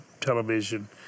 television